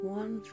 one